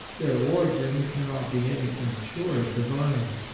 their origin cannot be anything short of divine.